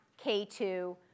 K2